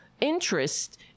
interest